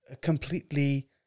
completely